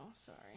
sorry